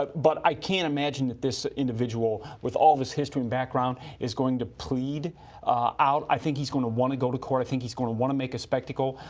but but i can't imagine that this individual with all this history and black ground is going to plead out. i think he's going to want to go to court. i think he's going to want to make a spectacle.